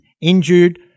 injured